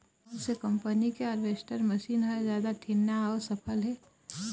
कोन से कम्पनी के हारवेस्टर मशीन हर जादा ठीन्ना अऊ सफल हे?